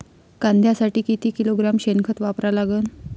कांद्यासाठी किती किलोग्रॅम शेनखत वापरा लागन?